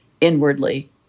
inwardly